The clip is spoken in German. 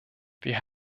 wir